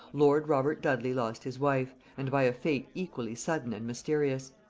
lord robert dudley lost his wife, and by a fate equally sudden and mysterious.